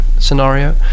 scenario